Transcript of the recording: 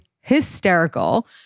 hysterical